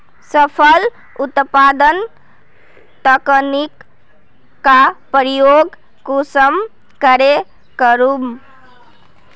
फसल उत्पादन तकनीक का प्रयोग कुंसम करे करूम?